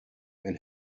then